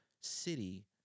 city